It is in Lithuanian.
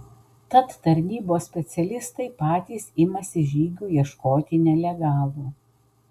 tad tarnybos specialistai patys imasi žygių ieškoti nelegalų